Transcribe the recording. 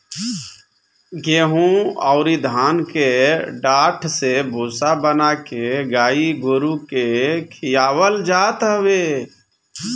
गेंहू अउरी धान के डाठ से भूसा बना के गाई गोरु के खियावल जात हवे